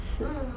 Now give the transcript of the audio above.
mm